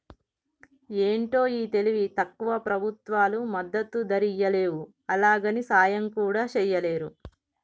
ఏంటో ఈ తెలివి తక్కువ ప్రభుత్వాలు మద్దతు ధరియ్యలేవు, అలాగని సాయం కూడా చెయ్యలేరు